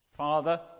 Father